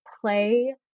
play